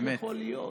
איך יכול להיות?